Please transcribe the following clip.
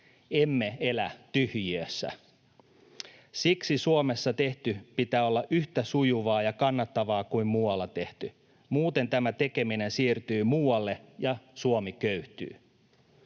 Emme elä tyhjiössä. Siksi Suomessa tehdyn pitää olla yhtä sujuvaa ja kannattavaa kuin muualla tehdyn. Muuten tämä tekeminen siirtyy muualle ja Suomi köyhtyy.